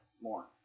More